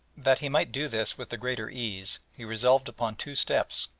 that he might do this with the greater ease he resolved upon two steps,